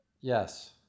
Yes